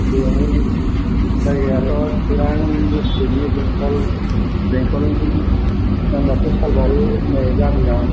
बेनि जायगायाथ' चिरां डिस्ट्रिक्तनि बेंटल बेंटलनि नामाथ' सालबारि होननाय गामियाव